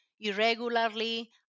irregularly